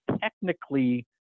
technically